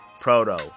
Proto